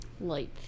light